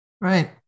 Right